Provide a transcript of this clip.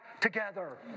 together